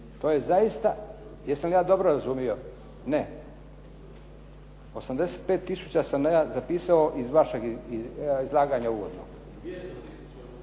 To je zaista, jesam li ja dobro razumio? Ne. 85 tisuća sam ja zapisao iz izlaganja uvodnog.